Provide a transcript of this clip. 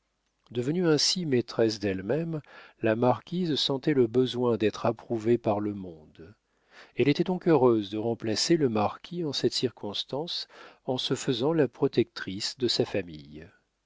devenue ainsi maîtresse d'elle-même la marquise sentait le besoin d'être approuvée par le monde elle était donc heureuse de remplacer le marquis en cette circonstance en se faisant la protectrice de sa famille